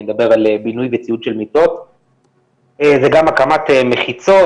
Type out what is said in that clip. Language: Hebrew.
אני מדבר על בינוי וציוד של מיטות וגם הקמת מחיצות